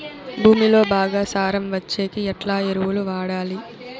భూమిలో బాగా సారం వచ్చేకి ఎట్లా ఎరువులు వాడాలి?